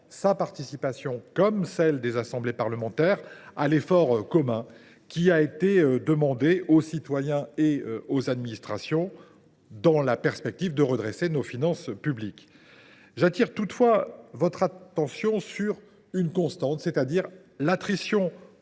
sa participation, comme celle des assemblées parlementaires, à l’effort commun qui a été demandé aux citoyens et aux administrations pour le redressement de nos finances publiques. J’attire toutefois votre attention sur une constante, à savoir l’attrition